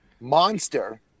monster